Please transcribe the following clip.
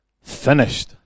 finished